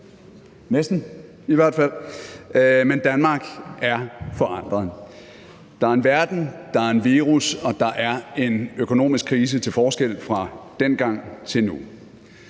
næsten i hvert fald, men Danmark er forandret. Der er en verden, der er en virus og der er en økonomisk krise til forskel fra dengang til nu.